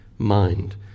Mind